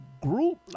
group